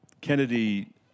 Kennedy